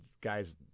Guy's